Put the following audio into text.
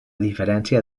diferència